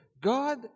God